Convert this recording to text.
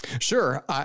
Sure